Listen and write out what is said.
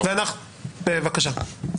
בבקשה.